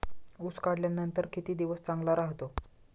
ऊस काढल्यानंतर किती दिवस चांगला राहतो?